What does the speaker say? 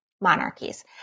Monarchies